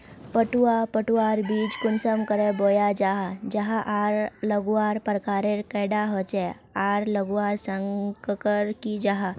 पटवा पटवार बीज कुंसम करे बोया जाहा जाहा आर लगवार प्रकारेर कैडा होचे आर लगवार संगकर की जाहा?